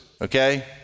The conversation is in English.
okay